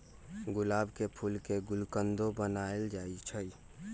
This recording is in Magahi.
गुलाब के फूल के गुलकंदो बनाएल जाई छई